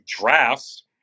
drafts